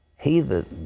he that